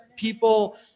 People